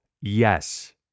Yes